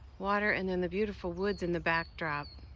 water and then the beautiful woods in the backdrop.